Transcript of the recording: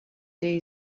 they